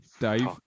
Dave